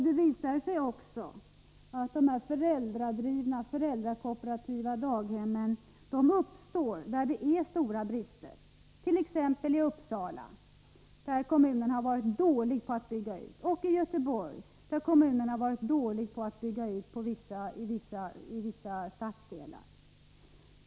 Det visar sig också att de föräldrakooperativa daghemmen uppstår där det är stora brister, t.ex. i Uppsala och i Göteborg, där kommunen har varit mycket dålig på att bygga ut i vissa stadsdelar.